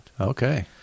Okay